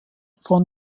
von